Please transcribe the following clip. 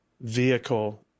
vehicle